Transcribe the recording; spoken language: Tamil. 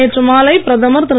நேற்று மாலை பிரதமர் திரு